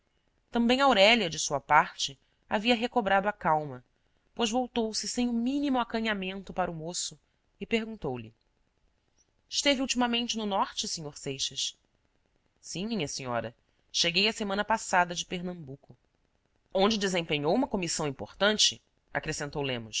também aurélia de sua parte havia recobrado a calma pois voltou-se sem o mínimo acanhamento para o moço e perguntou-lhe esteve ultimamente no norte sr seixas sim minha senhora cheguei a semana passada de pernambuco onde desempenhou uma comissão importante acrescentou lemos